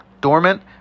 dormant